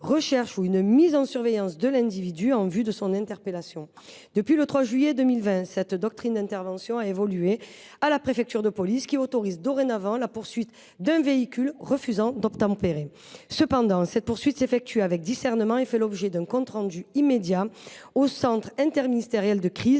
recherche ou une mise en surveillance de l’individu en vue de son interpellation. Depuis le 3 juillet 2020, cette doctrine d’intervention a évolué, et la préfecture de police autorise dorénavant la poursuite d’un véhicule refusant d’obtempérer. Cependant, cette poursuite s’effectue avec discernement et fait l’objet d’un compte rendu immédiat au centre interministériel de crise